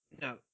No